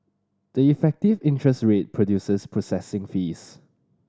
the effective interest rate includes processing fees